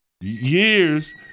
Years